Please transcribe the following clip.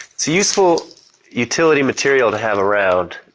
so useful utility material to have around,